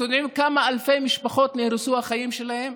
אתם יודעים כמה אלפי משפחות, נהרסו החיים שלהם?